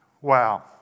Wow